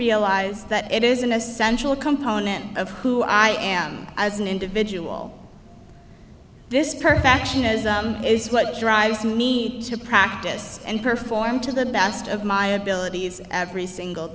realize that it is an essential component of who i am as an individual this perfectionism is what drives me to practice and perform to the best of my abilities